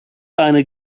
eine